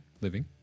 living